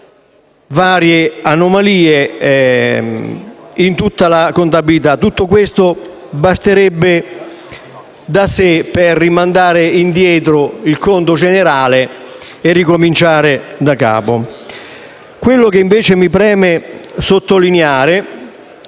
varie anomalie in tutta la contabilità. Tutto questo basterebbe per rimandare indietro il rendiconto generale e ricominciare da capo. Mi preme invece sottolineare